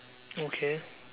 okay